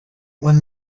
when